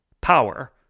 power